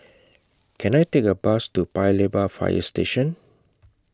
Can I Take A Bus to Paya Lebar Fire Station